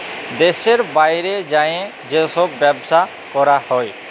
দ্যাশের বাইরে যাঁয়ে যে ছব ব্যবছা ক্যরা হ্যয়